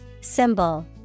Symbol